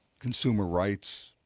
consumer rights,